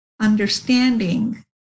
understanding